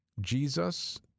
Jesus